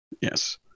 Yes